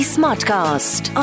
Smartcast